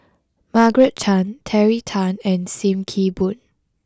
Margaret Chan Terry Tan and Sim Kee Boon